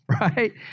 right